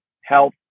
health